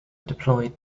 deployed